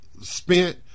spent